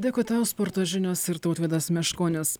dėkui tau sporto žinios ir tautvydas meškonis